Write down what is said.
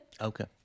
Okay